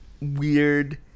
weird